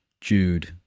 Jude